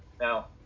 Now